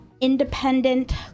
independent